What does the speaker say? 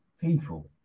people